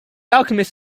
alchemist